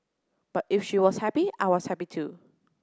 but if she was happy I was happy too